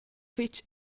fetg